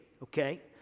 Okay